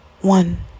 one